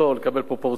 לקבל פרופורציות.